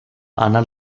ana